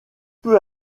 peu